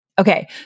Okay